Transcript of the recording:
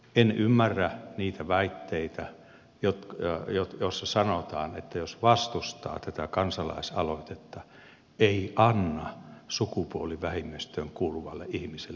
en ymmärrä niitä väitteitä joissa sanotaan että jos vastustaa tätä kansalaisaloitetta ei anna sukupuolivähemmistöön kuuluvalle ihmiselle ihmisarvoa